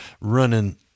running